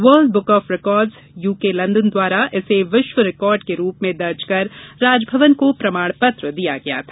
world book of records UK London द्वारा इसे विश्व रिकार्ड के रूप में दर्ज कर राजभवन को प्रमाण पत्र दिया गया है